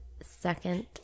second